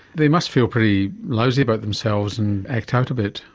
they must feel pretty lousy about themselves and act out a bit.